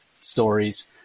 stories